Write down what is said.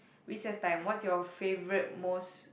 recess time what's your favourite most